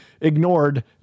ignored